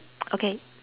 okay